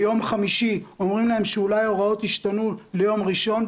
ביום חמישי אומרים להם שאולי ההוראות ישתנו ביום ראשון,